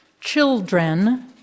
children